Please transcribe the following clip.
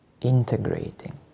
Integrating